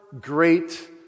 great